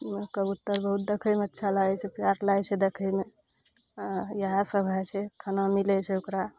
ओमे कबुत्तर बहुत देखैमे अच्छा लागै छै प्यार लागै छै देखैमे हँ इहए सब भए जाइ छै खाना मिलै छै ओकरा